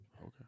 Okay